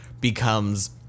becomes